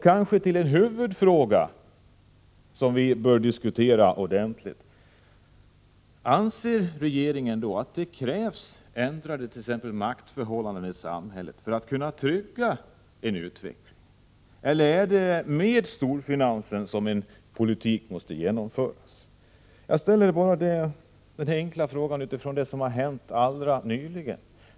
Kanske borde vi ordentligt diskutera följande huvudfråga: Anser regeringen att det krävs ändrade maktförhållanden i samhället för att man skall kunna skapa en bättre utveckling eller skall politiken genomföras tillsammans med storfinansen? Jag ställer denna fråga utifrån det som nyligen har hänt.